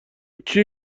کیه